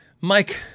Mike